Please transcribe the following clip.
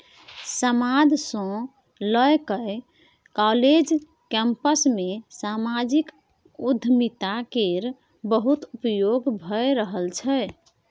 समाद सँ लए कए काँलेज कैंपस मे समाजिक उद्यमिता केर बहुत उपयोग भए रहल छै